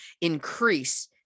increase